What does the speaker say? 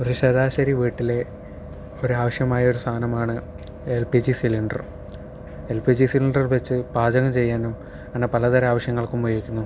ഒരു ശരാശരി വീട്ടില് ഒരു ആവിശ്യമായ സാധനമാണ് L P G cylinder L P G cylinder വെച്ച് പാചകം ചെയ്യാനും അങ്ങനെ പലതരം ആവിശ്യങ്ങൾക്കും ഉപയോഗിക്കുന്നു